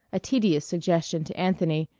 a tedious suggestion to anthony,